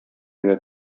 генә